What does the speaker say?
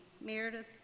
Meredith